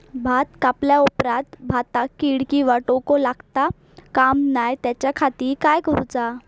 भात कापल्या ऑप्रात भाताक कीड किंवा तोको लगता काम नाय त्याच्या खाती काय करुचा?